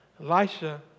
Elisha